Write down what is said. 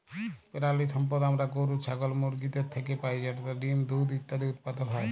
পেরালিসম্পদ আমরা গরু, ছাগল, মুরগিদের থ্যাইকে পাই যেটতে ডিম, দুহুদ ইত্যাদি উৎপাদল হ্যয়